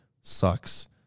sucks